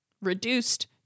reduced